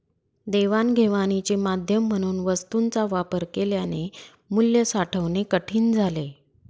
देवाणघेवाणीचे माध्यम म्हणून वस्तूंचा वापर केल्याने मूल्य साठवणे कठीण झाले